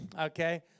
okay